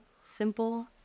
simple